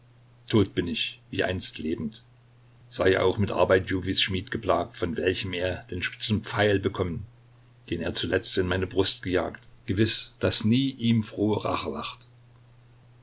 tot bin ich wie einst lebend sei auch mit arbeit jovis schmied geplagt von welchem er den spitzen pfeil bekommen den er zuletzt in meine brust gejagt gewiß daß nie ihm frohe rache lacht